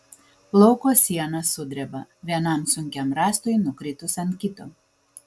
lauko siena sudreba vienam sunkiam rąstui nukritus ant kito